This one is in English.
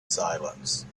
silence